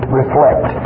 reflect